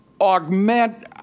augment